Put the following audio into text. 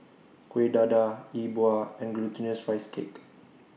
Kueh Dadar E Bua and Glutinous Rice Cake